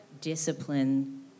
discipline